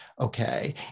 Okay